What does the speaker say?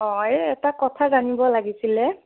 এই এটা কথা জানিব লাগিছিলে